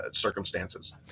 circumstances